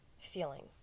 feeling